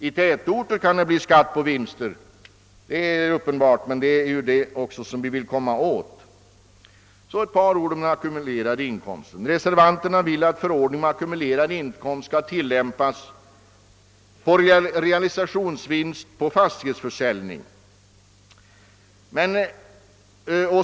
I tätorter kan det bli skatt på vinster, det är uppenbart, men det är också detta vi vill komma åt. Så vill jag säga några ord om den ackumulerade vinsten. Reservanterna vill att förordningen om ackumulerad inkomst skall tillämpas på realisationsvinst på fastighetsförsäljning.